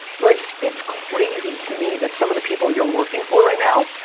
like, it's crazy to me that some of the people you're working for right now,